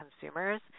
consumers